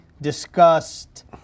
discussed